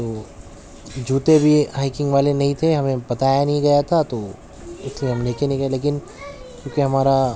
تو جوتے بھی ہیکنگ والے نہیں تھے ہمیں بتایا نہیں گیا تھا تو اس لیے ہم نیچے نہیں گئے لیکن کیونکہ ہمارا